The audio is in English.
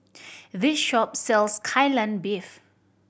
this shop sells Kai Lan Beef